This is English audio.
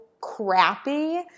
crappy